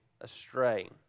astray